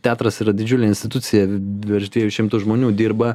teatras yra didžiulė institucija virš dviejų šimtų žmonių dirba